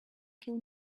kill